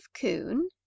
coon